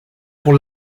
pour